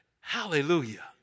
Hallelujah